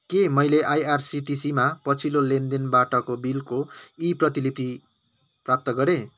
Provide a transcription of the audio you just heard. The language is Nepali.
के मैले आइआरसिटिसीमा पछिल्लो लेनदेनबाटको बिलको ई प्रतिलिपि प्राप्त गरेँ